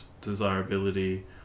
desirability